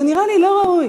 זה נראה לי לא ראוי.